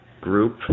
group